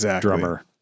drummer